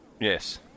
Yes